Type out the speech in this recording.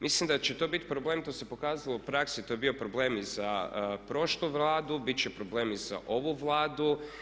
Mislim da će to biti problem, to se pokazalo u praksi, to je bio problem i za prošlu Vladu, biti će problemi i za ovu Vladu.